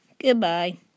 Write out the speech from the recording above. Goodbye